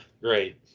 great